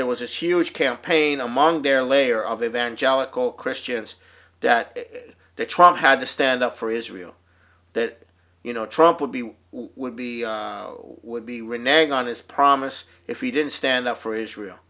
there was a huge campaign among their layer of evangelical christians that the trial had to stand up for israel that you know trump would be would be would be right nag on his promise if he didn't stand up for israel